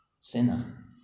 sinner